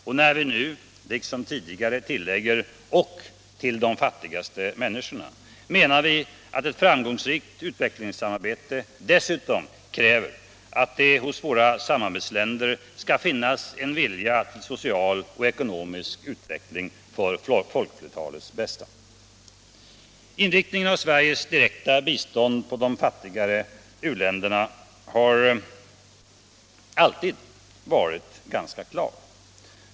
Och när vi nu, liksom tidigare, tillägger ”och till de fattigaste människorna” menar vi att ett framgångsrikt utvecklingssamarbete dessutom kräver att det hos våra samarbetsländer skall finnas en vilja till social och ekonomisk utveckling för folkflertalets bästa. Inriktningen av Sveriges direkta bistånd på de fattigare u-länderna har alltid varit ganska klar.